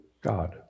God